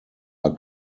are